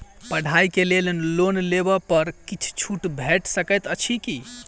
पढ़ाई केँ लेल लोन लेबऽ पर किछ छुट भैट सकैत अछि की?